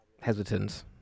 hesitant